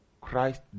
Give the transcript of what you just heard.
Christ